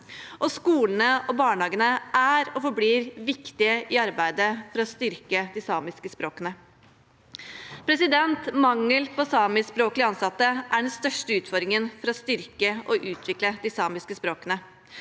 Skolene og barnehagene er og forblir viktige i arbeidet for å styrke de samiske språkene. Mangel på samiskspråklige ansatte er den største utfordringen for å styrke og utvikle de samiske språkene.